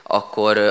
akkor